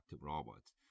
robots